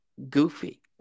goofy